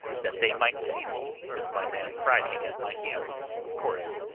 that they might see me, with my man friday at my heels, of course.